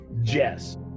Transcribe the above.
Jess